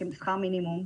שכר מינימום,